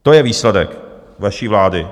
To je výsledek vaší vlády.